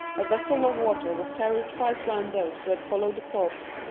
a vessel of water was carried twice round those who had followed the corpse,